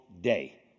day